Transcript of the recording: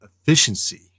efficiency